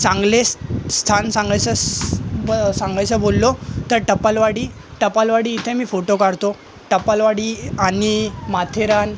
चांगले स्थान सांगायचं सांगायचं बोललो तं टपालवाडी टपालवाडी इथे मी फोटो काढतो टपालवाडी आणि माथेरान